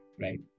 Right